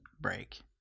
break